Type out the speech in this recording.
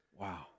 Wow